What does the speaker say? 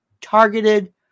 targeted